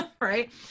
right